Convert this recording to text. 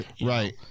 right